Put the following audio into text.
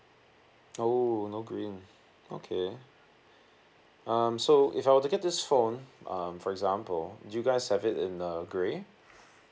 oh no green okay um so if I were to get this phone um for example do you guys have it in uh grey